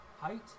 height